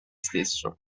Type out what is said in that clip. stesso